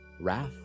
wrath